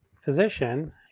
physician